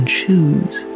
choose